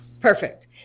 Perfect